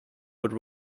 would